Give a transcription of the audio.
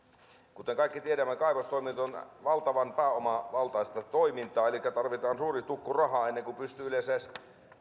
kuten kaikki tiedämme kaivostoiminta on valtavan pääomavaltaista toimintaa elikkä tarvitaan suuri tukku rahaa ennen kuin pystyy yleensä edes